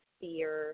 fear